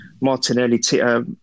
Martinelli